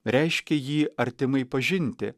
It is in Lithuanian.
reiškia jį artimai pažinti